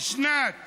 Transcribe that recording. בשנת